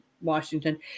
Washington